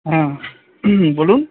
হুম হুম হুম বলুন